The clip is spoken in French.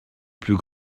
plus